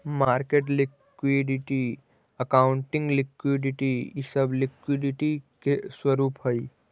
market liquidity, accounting liquidity इ सब liquidity के स्वरूप हई